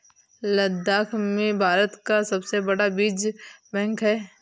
लद्दाख में भारत का सबसे बड़ा बीज बैंक है